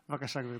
בבקשה, גברתי.